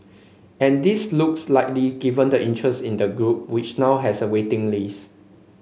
and this looks likely given the interest in the group which now has a waiting list